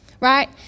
Right